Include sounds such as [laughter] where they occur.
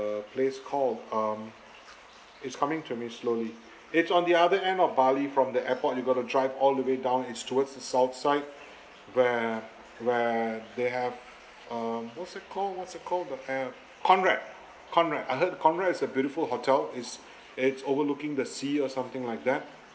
place called um it's coming to me slowly it's on the other end of bali from the airport you got to drive all the way down it's towards the south side where where they have um what's it called what's it called the uh conrad I heard the conrad is a beautiful hotel it's [breath] it's overlooking the sea or something like that